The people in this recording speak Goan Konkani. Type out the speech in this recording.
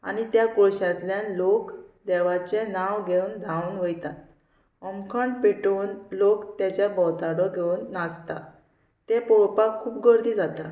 आनी त्या कुळश्यांतल्यान लोक देवाचें नांव घेवन धांवन वयतात होमखण पेटोवन लोक तेज्या भोंवताडो घेवन नाचता तें पळोवपाक खूब गर्दी जाता